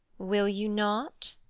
will you not?